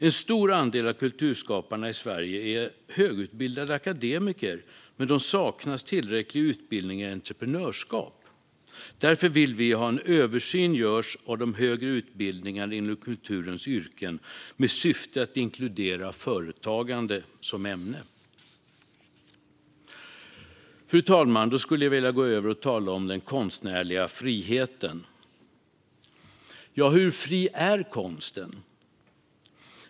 En stor andel av kulturskaparna i Sverige är högutbildade akademiker, men de saknar tillräcklig utbildning i entreprenörskap. Därför vill vi att en översyn görs av de högre utbildningarna inom kulturens yrken, med syfte att inkludera företagande som ämne. Fru talman! Jag skulle vilja gå över till att tala om den konstnärliga friheten. Hur fri är konsten?